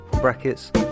brackets